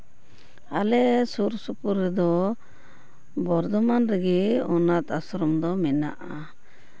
ᱟᱞᱮ ᱥᱩᱨ ᱥᱩᱯᱩᱨ ᱨᱮᱫᱚ ᱵᱚᱨᱫᱷᱚᱢᱟᱱ ᱨᱮᱜᱮ ᱚᱱᱟᱛᱷ ᱟᱥᱨᱚᱢ ᱫᱚ ᱢᱮᱱᱟᱜᱼᱟ